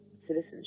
citizenship